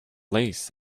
lace